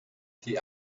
die